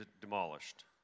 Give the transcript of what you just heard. demolished